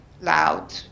loud